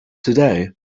today